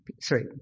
sorry